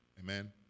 Amen